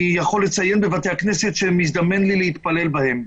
אני יכול לציין בבתי הכנסת שמזדמן לי להתפלל בהם,